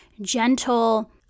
gentle